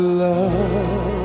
love